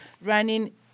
running